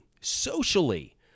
Socially